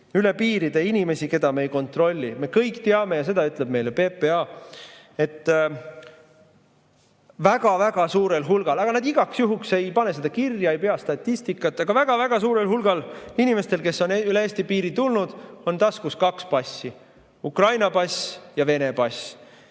üle piiri inimesi, keda me ei kontrolli. Me kõik teame – ja seda ütleb meile PPA –, et [neid on] väga suurel hulgal, aga nad igaks juhuks ei pane seda kirja, ei pea statistikat. Aga väga suurel hulgal inimestel, kes on üle Eesti piiri tulnud, on taskus kaks passi: Ukraina pass ja Vene pass.